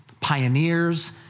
Pioneers